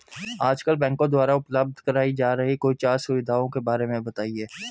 आजकल बैंकों द्वारा उपलब्ध कराई जा रही कोई चार सुविधाओं के बारे में बताइए?